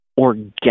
organic